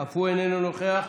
אף הוא איננו נוכח,